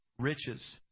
riches